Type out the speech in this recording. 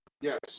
yes